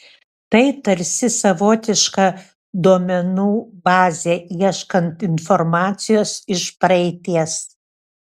tai tarsi savotiška duomenų bazė ieškant informacijos iš praeities